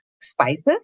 spices